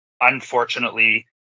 unfortunately